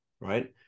Right